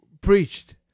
preached